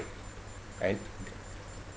and